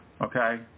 okay